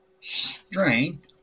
strength